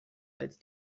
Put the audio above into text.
als